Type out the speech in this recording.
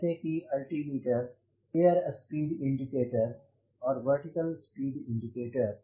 जैसे की altimeter air speed indicator और वर्टीकल स्पीड इंडिकेटर